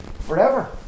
forever